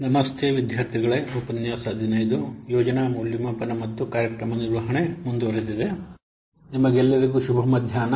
ನಿಮ್ಮೆಲ್ಲರಿಗೂ ಶುಭ ಮಧ್ಯಾಹ್ನ